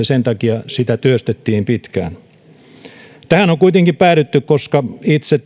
sen takia sitä työstettiin pitkään tähän on kuitenkin päädytty koska itse